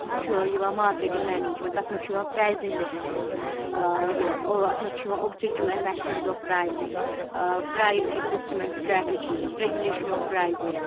چھُ یِوان marketing management تَتھ منٛز چھُ یِوان پرٛایزِنٛگ ڈیٚسِجَن ٲں یہِ ٲں اَتھ منٛز چھُ یِوان objectives and methods of pricing ٲں price adjustment strategies regulation of prices